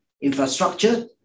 infrastructure